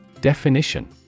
Definition